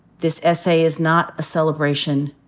this essay is not a celebration,